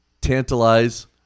Tantalize